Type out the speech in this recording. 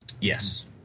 Yes